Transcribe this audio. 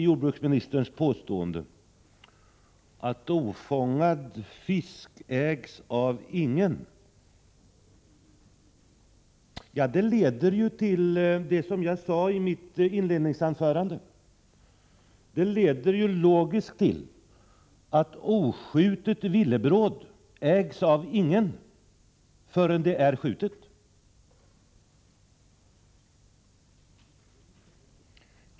Jordbruksministerns påstående — att ofångad fisk ägs av ingen — leder ju, som jag sade i mitt inledningsanförande, logiskt till att oskjutet villebråd ägs avingen innan det är skjutet.